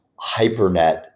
Hypernet